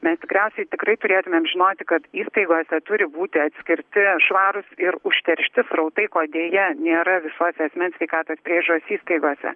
mes tikriausiai tikrai turėtumėm žinoti kad įstaigose turi būti atskirti švarūs ir užteršti srautai ko deja nėra visose asmens sveikatos priežiūros įstaigose